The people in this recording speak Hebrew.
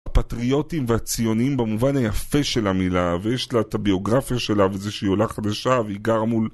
הפטריוטים והציוניים במובן היפה של המילה ויש לה את הביוגרפיה שלה וזה שהיא עולה חדשה והיא גר מול